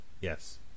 Yes